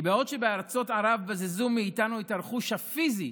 בעוד שבארצות ערב בזזו מאיתנו את הרכוש הפיזי,